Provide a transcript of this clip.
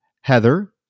Heather